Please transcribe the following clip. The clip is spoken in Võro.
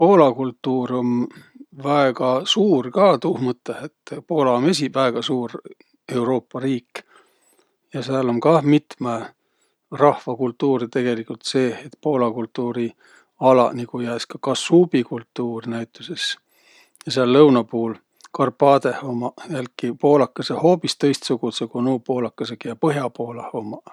Poola kultuur um väega suur ka tuuh mõttõh, et Poola um esiq väega suur Euruupa riik ja sääl um kah mitmõ rahva kultuur tegeligult seeh. Et Poola kultuuri alaq nigu jääs kassuubi kultuur näütüses. Ja sääl lõunõ puul, Karpaadõh, ummaq jälki poolakõsõq hoobis tõistsugudsõq ku nuuq poolakõsõq, kiä Põh'a-Poolah ummaq.